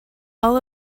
all